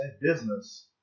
business